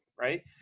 right